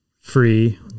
free